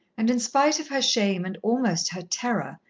and in spite of her shame and almost her terror,